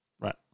Right